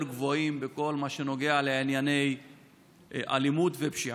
גבוהים בכל מה שנוגע לענייני אלימות ופשיעה.